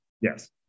Yes